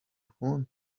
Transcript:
phone